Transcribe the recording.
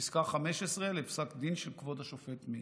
פיסקה 15 לפסק דין של כבוד השופט מינץ.